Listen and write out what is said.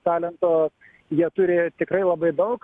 talento jie turi tikrai labai daug